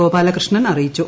ഗോപാലകൃഷ്ണൻ അറിയിച്ചു